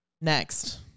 next